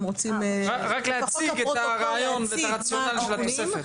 רק להציג הרעיון ואת הרציונל של התוספת